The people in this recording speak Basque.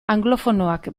anglofonoak